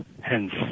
Hence